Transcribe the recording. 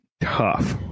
Tough